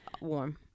warm